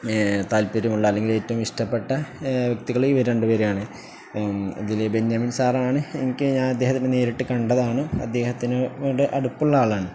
താല്പര്യമുള്ള അല്ലെങ്കിൽ ഏറ്റവും ഇഷ്ടപ്പെട്ട വ്യക്തികള് ഇവര് രണ്ടു പേരുമാണ് ഇതില് ബെന്യാമിൻ സാറാണ് എനിക്ക് ഞാൻ അദ്ദേഹത്തിനെ നേരിട്ട് കണ്ടതാണ് അദ്ദേഹത്തിനോട് അടുപ്പമുള്ളയാളാണ്